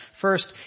First